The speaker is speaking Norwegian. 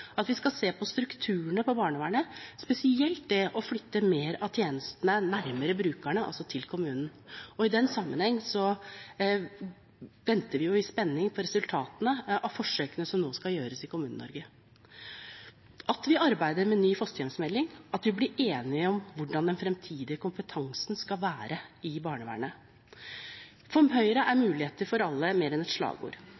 at vi skal se på strukturen på barnevernet, spesielt det å flytte mer av tjenestene nærmere brukerne, altså til kommunen – og i den sammenheng venter vi i spenning på resultatene av forsøkene som nå skal gjøres i Kommune-Norge – at vi arbeider med en ny fosterhjemsmelding, og at vi blir enige om hvordan den fremtidige kompetansen skal være i barnevernet. For Høyre er muligheter for alle mer enn et slagord.